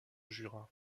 jura